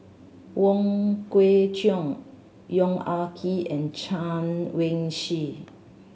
Wong Kwei Cheong Yong Ah Kee and Chen Wen Hsi